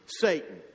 Satan